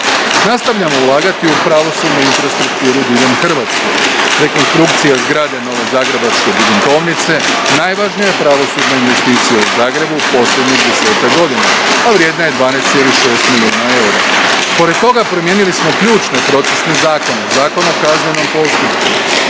Nastavljamo ulagati u pravosudnu infrastrukturu diljem Hrvatske. Rekonstrukcija zgrade novozagrebačke gruntovnice najvažnija je pravosudna investicija u Zagrebu posljednjih desetak godina, a vrijedna je 12,6 milijuna eura. Pored toga promijenili smo ključne procesne zakone, Zakon o kaznenom postupku i